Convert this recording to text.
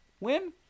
win